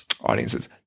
audiences